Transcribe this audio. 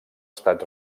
estat